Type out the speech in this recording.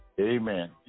Amen